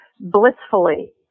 blissfully